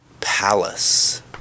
Palace